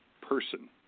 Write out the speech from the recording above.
person